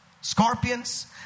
scorpions